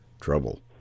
Trouble